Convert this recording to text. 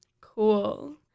Cool